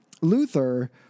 Luther